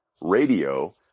Radio